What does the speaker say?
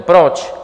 Proč?